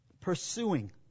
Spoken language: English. pursuing